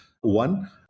One